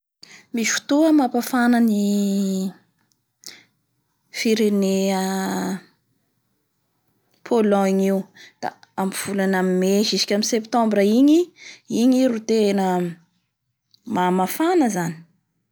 Misy fotoa mapafana ny firenea Pologne io da amin'ny volana May jusque amin'ny volana septambra igny